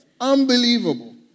Unbelievable